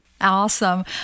Awesome